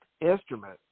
instrument